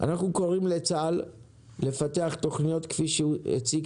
אנחנו קוראים לצה"ל לפתח תכניות כפי שהציג